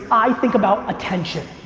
i think about attention.